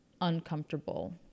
uncomfortable